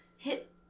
Hit